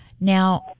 Now